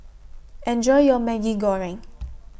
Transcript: Enjoy your Maggi Goreng